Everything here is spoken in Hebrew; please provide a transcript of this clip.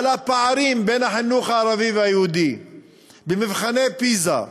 על הפערים בין החינוך הערבי והיהודי במבחני פיז"ה,